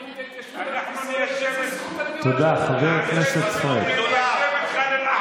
שמעת את זה, למדר את המפלגות החרדיות.